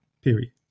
Period